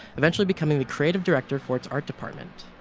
eventually becoming the creative director for its art department.